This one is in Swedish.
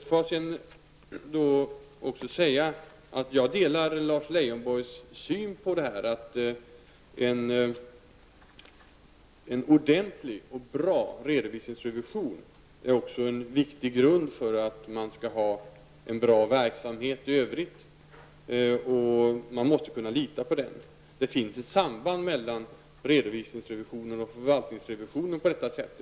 Låt mig också säga att jag delar Lars Leijonborgs syn, att en ordentlig och bra redovisningsrevision är en viktig grund för en bra verksamhet i övrigt, och den måste man kunna lita på. Det finns ett samband mellan redovisnings och förvaltningsrevision på detta sätt.